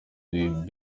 with